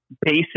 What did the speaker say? basic